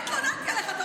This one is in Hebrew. רגע, מתי התלוננתי עליך?